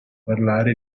parlare